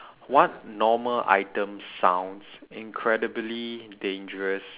what normal item sounds incredibly dangerous